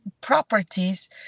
properties